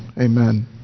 Amen